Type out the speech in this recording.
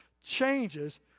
changes